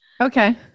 Okay